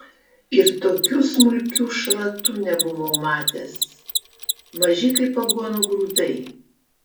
ir tokių smulkių šratų nebuvau matęs maži kaip aguonų grūdai